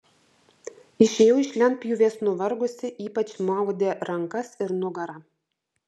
išėjau iš lentpjūvės nuvargusi ypač maudė rankas ir nugarą